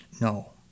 No